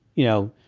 you know,